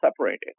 separated